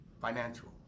financial